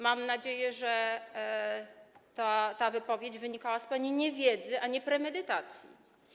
Mam nadzieję, że ta wypowiedź wynikała z pani niewiedzy, a nie premedytacji.